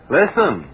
listen